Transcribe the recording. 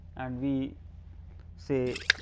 and we say